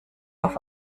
auf